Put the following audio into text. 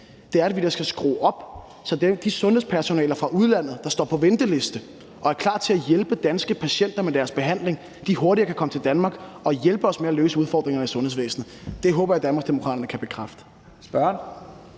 i, er, at vi da skal skrue op, så de sundhedspersonaler fra udlandet, der står på venteliste, og som er klar til at hjælpe danske patienter med behandling, hurtigere kan komme til Danmark og hjælpe os med at løse udfordringerne i sundhedsvæsenet. Det håber jeg at Danmarksdemokraterne kan bekræfte.